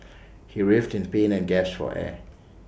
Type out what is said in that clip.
he writhed in pain and gasped for air